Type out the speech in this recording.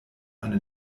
eine